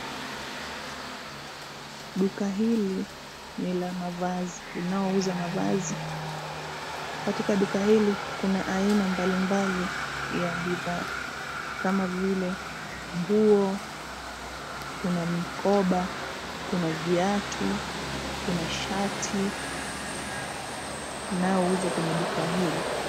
Duka hili ni la mavazi, linaouza mavazi. Katika duka hili kuna aina mbalimbali ya bidhaa, kama vile, nguo, kuna mkoba, kuna viatu, kuna shati, unao uzwa kwenye duka hili.